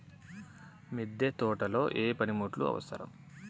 మిద్దె తోటలో ఏ పనిముట్లు అవసరం?